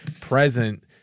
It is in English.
present